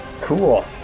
Cool